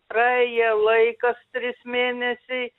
praėję laikas trys mėnesiai